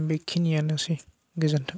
बेखिनियानोसै गोजोन्थों